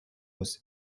was